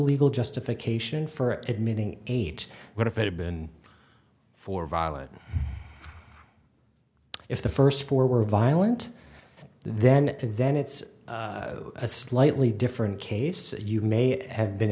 legal justification for admitting eight what if it had been for violent if the first four were violent then then it's a slightly different case you may have been